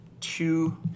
two